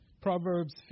Proverbs